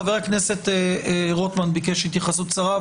חבר הכנסת רוטמן ביקש התייחסות קצרה,